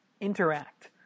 interact